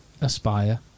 aspire